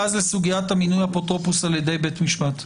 ואז לסוגיית מינוי אפוטרופוס על ידי בית משפט,